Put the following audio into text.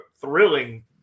thrilling